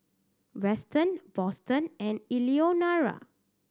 Weston Boston and Eleonora